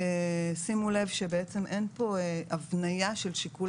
שימו לב שבעצם אין כאן הבניה של שיקול